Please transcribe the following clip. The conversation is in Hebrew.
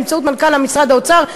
באמצעות מנכ"ל משרד האוצר,